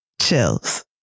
Chills